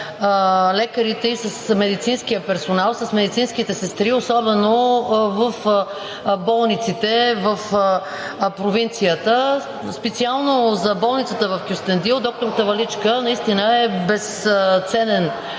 лекарите и с медицинския персонал, и с медицинските сестри, особено в болниците в провинцията. Специално за болницата в Кюстендил доктор Таваличка наистина е безценен